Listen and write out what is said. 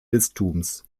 bistums